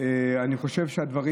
אני חושב שהדברים